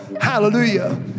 Hallelujah